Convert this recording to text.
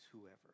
whoever